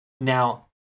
now